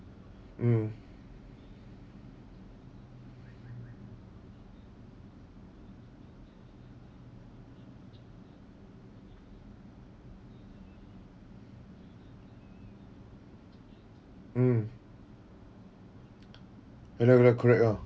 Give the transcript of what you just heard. mm mm I know right correct ah